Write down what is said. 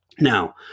Now